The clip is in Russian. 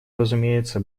разумеется